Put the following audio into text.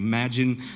Imagine